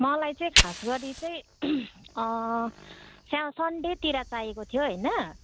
मलाई चाहिँ खास गरी चाहिँ सन्डेतिर चाहिएको थियो होइन